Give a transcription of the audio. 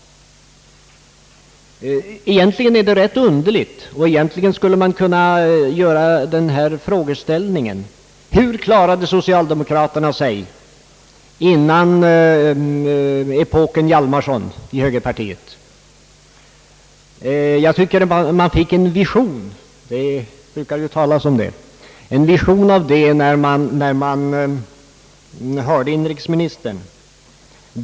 Det är egentligen rätt underligt, och man skulle kunna ställa frågan: Hur klarade sig socialdemokraterna före epoken Hjalmarson i högerpartiet? Jag tycker att man fick en vision av kommande skrämselpropaganda när man hörde inrikesministern.